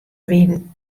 wienen